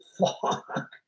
fuck